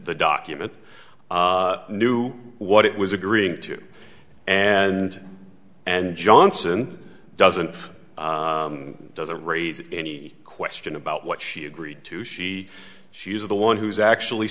these documents knew what it was agreeing to and and johnson doesn't doesn't raise any question about what she agreed to she she is the one who's actually